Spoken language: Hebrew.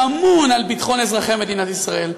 שאמון על ביטחון אזרחי מדינת ישראל,